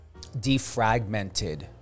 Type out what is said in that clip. defragmented